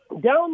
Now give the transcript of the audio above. Down